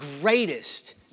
greatest